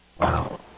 Wow